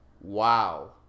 wow